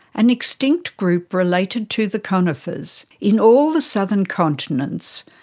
an extinct group related to the conifers, in all the southern continents,